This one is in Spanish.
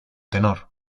tenor